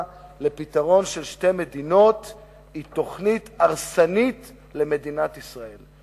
לפתרון של שתי מדינות היא תוכנית הרסנית למדינת ישראל.